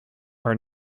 are